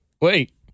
wait